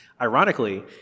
ironically